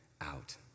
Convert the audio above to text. out